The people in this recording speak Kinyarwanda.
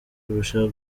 kurusha